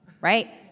right